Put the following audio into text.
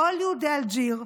כל יהודי אלג'יר,